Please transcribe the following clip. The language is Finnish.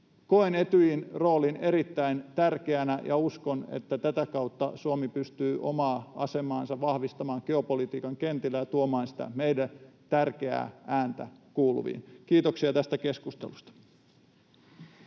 koen Etyjin roolin erittäin tärkeänä ja uskon, että tätä kautta Suomi pystyy omaa asemaansa vahvistamaan geopolitiikan kentillä ja tuomaan sitä meidän tärkeää ääntä kuuluviin. Kiitoksia tästä keskustelusta.